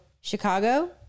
Chicago